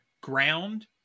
ground